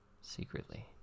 secretly